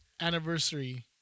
anniversary